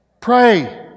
Pray